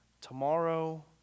tomorrow